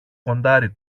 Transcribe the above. κοντάρι